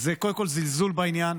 זה קודם כול זלזול בעניין